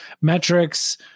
metrics